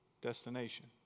destination